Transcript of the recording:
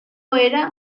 era